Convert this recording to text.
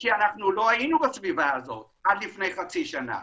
כי אנחנו לא היינו בסביבה הזו עד לפני חצי שנה.